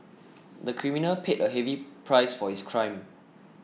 the criminal paid a heavy price for his crime